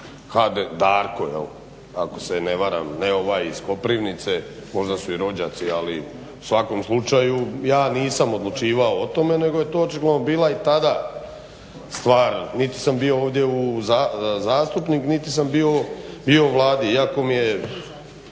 u, Darko, ako se ne varam, ne ovaj iz Koprivnice, možda su i rođaci ali u svakom slučaju ja nisam odlučivao o tome nego je to očigledno bila i tada stvar, niti sam bio ovdje zastupnik niti sam bio u Vladi. Iako mi je,